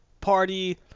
party